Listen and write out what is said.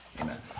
Amen